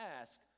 ask